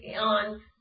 on